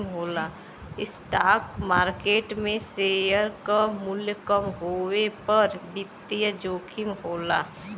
stock market में share क मूल्य कम होये पर वित्तीय जोखिम होला